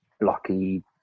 blocky